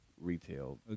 retail